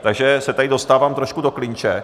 Takže se tady dostávám trošku do klinče.